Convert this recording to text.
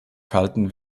kalten